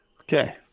Okay